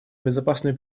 безопасную